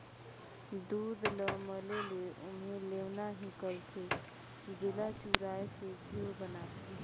दूद ल मले ले ओम्हे लेवना हिकलथे, जेला चुरायके घींव बनाथे